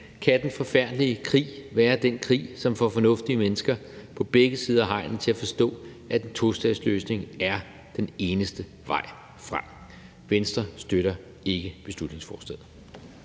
kan den forfærdelige krig være den krig, som får fornuftige mennesker på begge sider af hegnet til at forstå, at en tostatsløsning er den eneste vej frem. Venstre støtter ikke beslutningsforslaget.